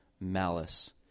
malice